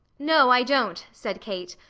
no, i don't, said kate,